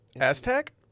Aztec